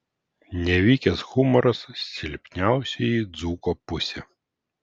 nevykęs humoras silpniausioji dzūko pusė